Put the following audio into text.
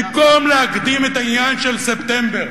במקום להקדים את העניין של ספטמבר